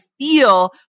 feel